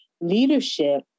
leadership